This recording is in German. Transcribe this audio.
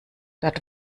dort